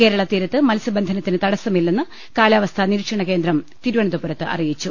കേരളതീരത്ത് മത്സ്യ ബന്ധനത്തിന് തടസ്സമില്ലെന്ന് കാലാവസ്ഥാ നിരീക്ഷണകേന്ദ്രം തിരുവ നന്തപുരത്ത് അറിയിച്ചു